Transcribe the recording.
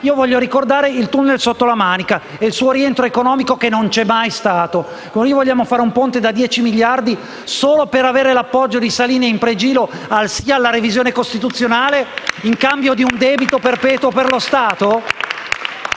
voglio ricordare il *tunnel* sotto la Manica e il suo rientro economico, che non c'è mai stato. Vogliamo fare un ponte da 10 miliardi solo per avere l'appoggio di Salini Impregilo alla revisione costituzionale in cambio di un debito perpetuo per lo Stato?